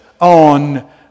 on